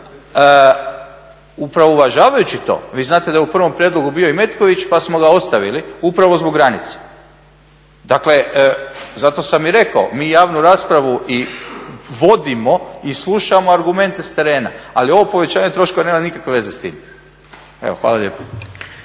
Upravo uvažavajući to, vi znate da je u prvom prijedlogu bio i Metković, pa smo ga ostavili upravo zbog granice. Dakle, zato sam i rekao, mi javnu raspravu vodimo i slušamo argumente s terena, ali ovo povećanje troškova nema nikakve veze s tim. Evo, hvala lijepo.